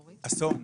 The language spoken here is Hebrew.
אסון.